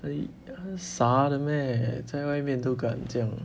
the 傻的 meh 在外面都敢这样